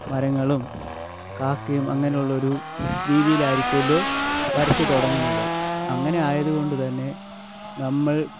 മരങ്ങളും കാക്കയും അങ്ങനെയുള്ള ഒരു രീതിയിൽ ആയിരിക്കുമല്ലോ വരച്ച് തുടങ്ങുന്നത് അങ്ങനെ ആയത് കൊണ്ട് തന്നെ നമ്മൾ